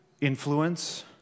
influence